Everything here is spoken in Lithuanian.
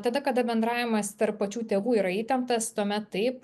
tada kada bendravimas tarp pačių tėvų yra įtemptas tuomet taip